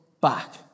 back